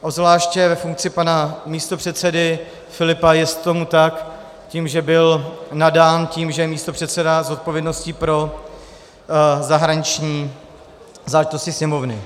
Obzvláště ve funkci pana místopředsedy Filipa jest tomu tak tím, že by nadán tím, že je místopředseda s odpovědností pro zahraniční záležitosti Sněmovny.